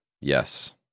Yes